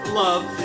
love